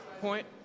Point